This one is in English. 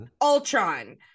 Ultron